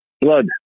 Blood